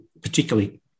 particularly